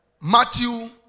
Matthew